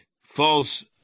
false